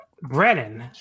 Brennan